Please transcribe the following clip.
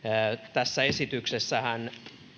tässä esityksessähän